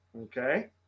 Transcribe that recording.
okay